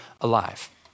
alive